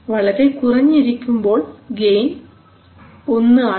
വളരെ കുറഞ്ഞിരിക്കുമ്പോൾ ഗെയിൻ 1 ആണ്